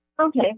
Okay